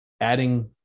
adding